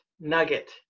nugget